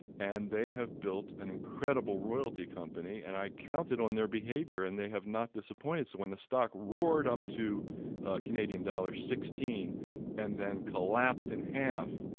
and they have built an incredible royalty company, and i counted on their behavior and they have not disappointed. so when the stock roared up to canadian dollars sixteen point and then collapsed in half,